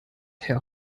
herr